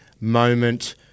moment